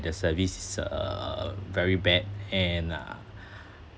the service is uh very bad and uh